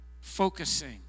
focusing